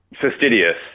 fastidious